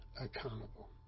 Accountable